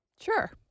Sure